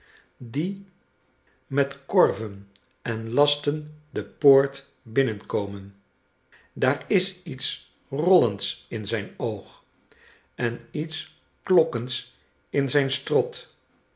die met korven en lasten de poort binnenkomen daar is iets rollends in zijn oog en iets klokkends in zijn strot